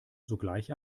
sogleich